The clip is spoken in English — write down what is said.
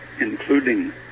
including